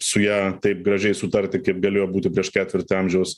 su ja taip gražiai sutarti kaip galėjo būti prieš ketvirtį amžiaus